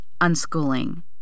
unschooling